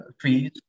fees